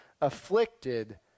afflicted